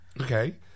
Okay